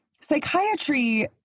psychiatry